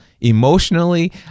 emotionally